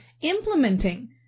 implementing